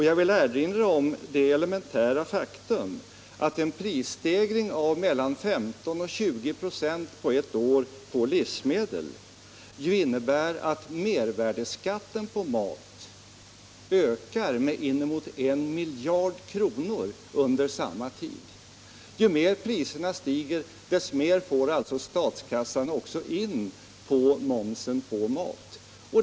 Jag villerinra om det elementära faktum att en prisstegring med 15-20 926 under ett år på livsmedel innebär att mervärdeskatten på mat ökar med inemot en miljard kronor under samma tid. Ju mer priserna stiger, desto mer får alltså statskassan in på momsen på maten.